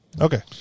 okay